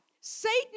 Satan